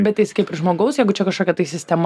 bet jis kaip žmogaus jeigu čia kažkokia tai sistema